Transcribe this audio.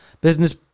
business